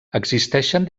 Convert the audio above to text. existeixen